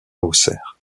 auxerre